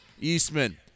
Eastman